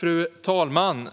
Fru talman!